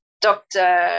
doctor